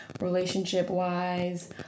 relationship-wise